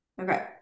Okay